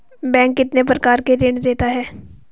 Bank कितने प्रकार के ऋण देता है?